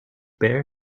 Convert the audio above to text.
bear